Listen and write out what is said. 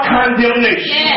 condemnation